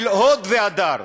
של הוד והדר.